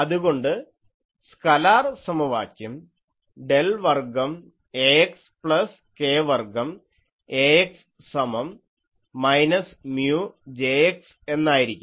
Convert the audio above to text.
അതുകൊണ്ട് സ്കലാർ സമവാക്യം ഡെൽ വർഗ്ഗം Ax പ്ലസ് k വർഗ്ഗം Ax സമം മൈനസ് മ്യൂ Jx എന്നായിരിക്കും